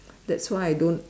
that's why I don't